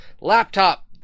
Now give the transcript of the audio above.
laptop